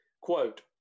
Quote